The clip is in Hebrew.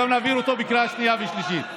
נעביר אותו גם בקריאה שנייה ושלישית.